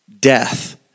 Death